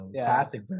classic